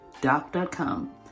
Doc.com